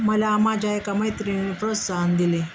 मला माझ्या एका मैत्रिणीनं प्रोत्साहन दिले